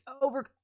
over